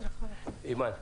אימאן,